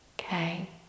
Okay